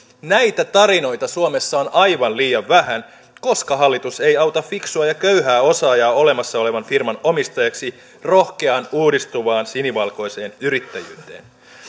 näitä tarinoita suomessa on aivan liian vähän koska hallitus ei auta fiksua ja köyhää osaajaa olemassa olevan firman omistajaksi rohkeaan uudistuvaan sinivalkoiseen yrittäjyyteen